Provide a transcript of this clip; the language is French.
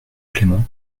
clément